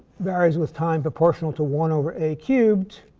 varies with time proportional to one over a cubed.